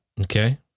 Okay